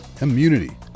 immunity